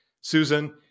Susan